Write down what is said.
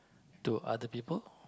to other people